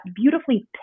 beautifully